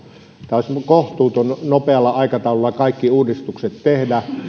saatu olisi kohtuutonta nopealla aikataululla kaikki uudistukset tehdä ja